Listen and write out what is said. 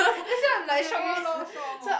that's why I'm like short one lor short one more